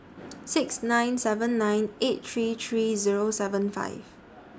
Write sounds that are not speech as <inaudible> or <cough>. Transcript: <noise> six nine seven nine eight three three Zero seven five